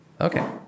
Okay